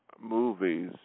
movies